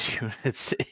units